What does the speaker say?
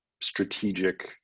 strategic